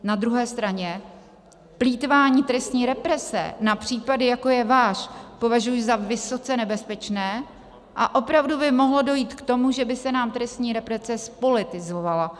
Na druhé straně plýtvání trestní represe na případy, jako je váš, považuji za vysoce nebezpečné a opravdu by mohlo dojít k tomu, že by se nám trestní represe zpolitizovala.